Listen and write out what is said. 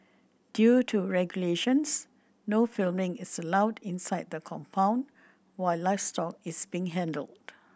due to regulations no filming is allowed inside the compound while livestock is being handled